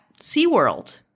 SeaWorld